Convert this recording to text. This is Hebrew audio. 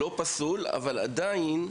לא פסול, אבל עדיין,